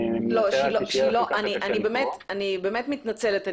שילה, אני באמת מתנצלת.